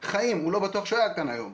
חיים, הוא לא בטוח שהוא היה כאן היום.